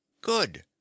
Good